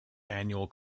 annual